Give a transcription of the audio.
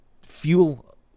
fuel